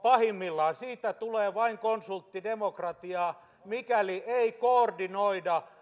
pahimmillaan siitä tulee vain konsulttidemokratiaa mikäli ei koordinoida